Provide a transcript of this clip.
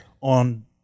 On